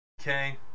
Okay